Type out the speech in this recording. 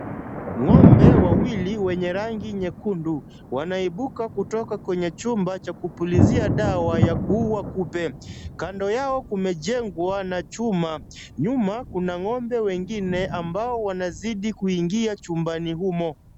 Ng'ombe wawili wenye rangi nyekundu wanaibuka kutoka kwenye chumba cha kupulizia dawa ya kuua kupe. Kando yao kumejengwa na chuma , nyuma kuna ng'ombe wengine ambao wanazidi kuingia chumbani humo.